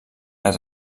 les